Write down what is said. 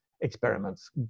experiments